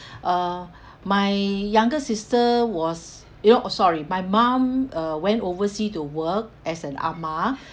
uh my younger sister was you know oh sorry my mum uh went oversea to work as an amah